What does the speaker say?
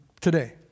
today